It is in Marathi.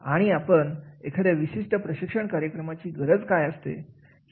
आणि आपण एखाद्या विशिष्ट प्रशिक्षण कार्यक्रमाची गरज काय आहे